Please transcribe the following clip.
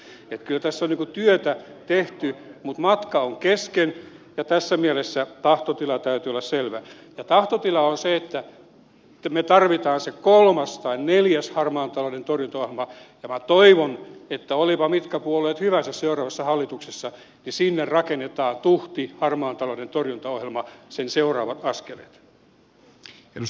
kyllä tässä on työtä tehty mutta matka on kesken ja tässä mielessä tahtotilan täytyy olla selvä ja tahtotila on se että me tarvitsemme sen kolmannen tai neljännen harmaan talouden torjuntaohjelman ja minä toivon että olivatpa mitkä puolueet hyvänsä seuraavassa hallituksessa niin sinne rakennetaan tuhti harmaan talouden torjuntaohjelma sen seuraavat askeleet